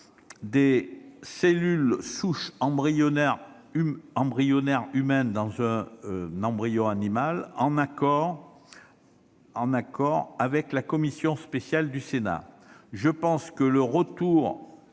des cellules souches embryonnaires humaines dans un embryon animal, en accord avec la commission spéciale du Sénat. Le retour